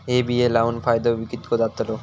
हे बिये लाऊन फायदो कितको जातलो?